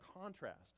contrast